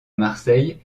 marseille